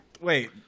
Wait